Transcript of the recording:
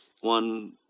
one